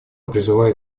призывает